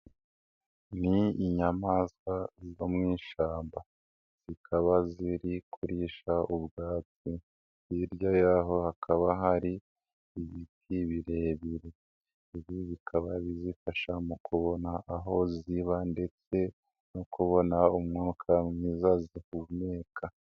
Ni inyamaswa ziva mu ishyamba, zikaba ziri kurisha ubwatsi, hirya y'aho hakaba hari ibiti birebire, ibi bikaba bizifasha mu kubona aho ziba, ndetse no kubona umwuka mwiza zihumeka.